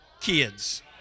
kids